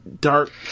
dark